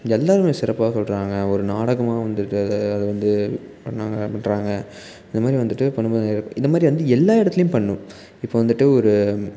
எல்லாருமே சிறப்பாக சொல்கிறாங்க ஒரு நாடகமாக வந்துட்டு அதை வந்து பண்ணிணாங்க பண்ணுறாங்க இந்தமாதிரி வந்துட்டு பண்ணும்போது இந்தமாதிரி வந்து எல்லா இடத்திலியும் பண்ணும் இப்போ வந்துட்டு ஒரு